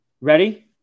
Ready